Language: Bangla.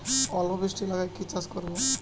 অল্প বৃষ্টি এলাকায় কি চাষ করব?